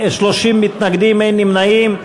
נגד, 30, אין נמנעים.